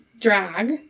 drag